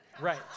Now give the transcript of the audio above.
Right